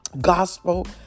gospel